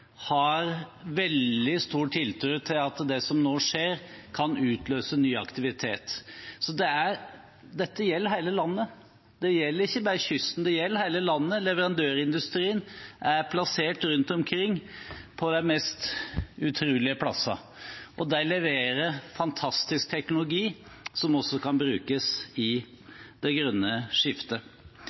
har veldig stor tiltro til at det som nå skjer, kan utløse ny aktivitet. Så dette gjelder hele landet. Det gjelder ikke bare kysten; det gjelder hele landet. Leverandørindustrien er plassert rundt omkring, på de mest utrolige plasser. De leverer fantastisk teknologi som også kan brukes i det grønne skiftet.